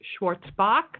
Schwartzbach